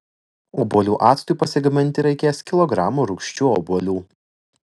obuolių actui pasigaminti reikės kilogramo rūgščių obuolių